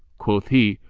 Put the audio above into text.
quoth he,